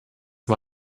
war